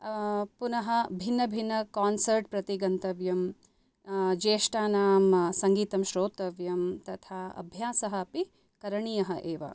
पुनः भिन्नभिन्न कोन्सर्ट् प्रति गन्तव्यं ज्येष्टानां सङ्गीतं श्रोतव्यं तथा अभ्यासः अपि करणीयः एव